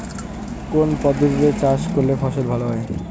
কোন পদ্ধতিতে চাষ করলে ফসল ভালো হয়?